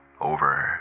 Over